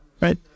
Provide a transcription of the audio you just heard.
Right